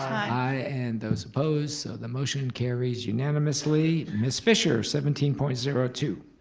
aye. and those opposed, so the motion carries unanimously. ms. fischer, seventeen point zero two.